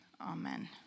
amen